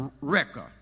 wrecker